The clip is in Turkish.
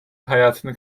hayatını